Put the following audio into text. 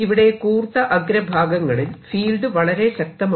ഇവിടെ കൂർത്ത അഗ്രഭാഗങ്ങളിൽ ഫീൽഡ് വളരെ ശക്തമാണ്